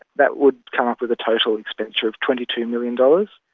that would come up with a total expenditure of twenty two million dollars,